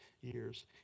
years